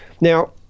Now